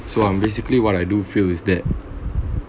so um basically what I do feel is that